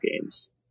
games